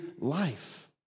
life